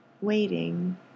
Waiting